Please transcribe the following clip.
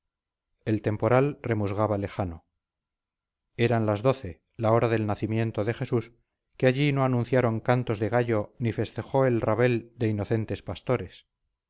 el temporal remusgaba lejano eran las doce la hora del nacimiento de jesús que allí no anunciaron cantos de gallo ni festejó el rabel de inocentes pastores